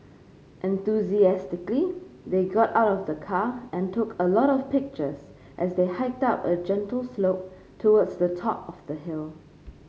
enthusiastically they got out of the car and took a lot of pictures as they hiked up a gentle slope towards the top of the hill